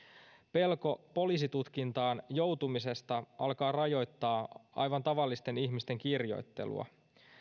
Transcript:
pelko poliisitutkintaan joutumisesta alkaa rajoittaa aivan tavallisten ihmisten kirjoittelua